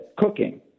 cooking